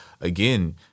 again